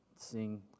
sing